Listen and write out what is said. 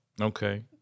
Okay